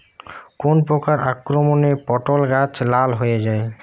কোন প্রকার আক্রমণে পটল গাছ লাল হয়ে যায়?